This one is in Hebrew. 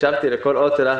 הקשבתי לכל אות שלך,